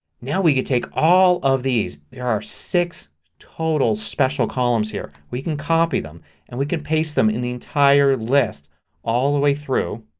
now we can take all of these. there are six total special columns here. we can copy them and we could paste them in the entire list all the way through.